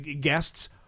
guests